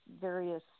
various